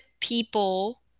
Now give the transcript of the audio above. people